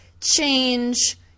change